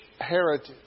heritage